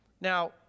Now